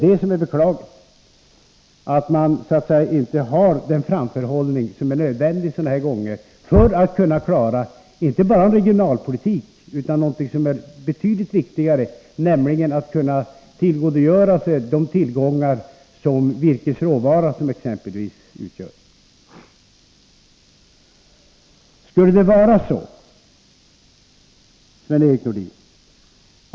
Det är beklagligt att man inte har den framförhållning som är nödvändig för att klara inte bara regionalpolitiken utan något som är betydligt viktigare — att kunna tillgodogöra sig de tillgångar som exempelvis virkesråvaran utgör.